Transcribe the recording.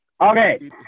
Okay